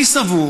אני סבור